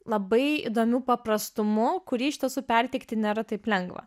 labai įdomiu paprastumu kurį iš tiesų perteikti nėra taip lengva